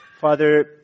Father